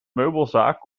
meubelzaak